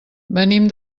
venim